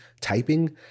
typing